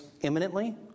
imminently